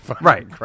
right